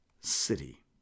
city